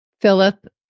Philip